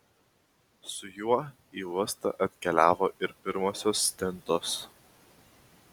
su juo į uostą atkeliavo ir pirmosios stintos